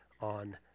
on